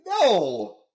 No